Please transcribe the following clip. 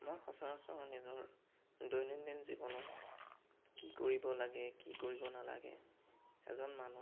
মই সচৰাচৰ নিজৰ দৈনন্দিন জীৱনৰ কি কৰিব লাগে কি কৰিব নালাগে এজন মানুহ